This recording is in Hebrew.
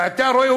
ואתה רואה,